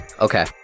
Okay